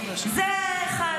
זה אחד.